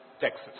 Texas